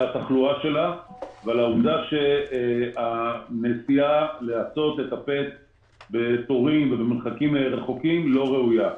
התחלואה שלה ועל העובדה שהנסיעה לעשות את הבדיקה במרחק גדול לא ראויה.